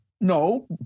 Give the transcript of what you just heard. No